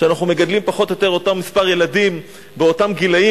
שאנחנו מגדלים פחות או יותר אותו מספר ילדים באותם גילים